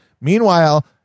Meanwhile